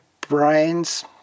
brains